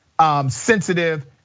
sensitive